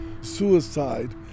Suicide